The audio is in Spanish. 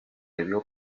debió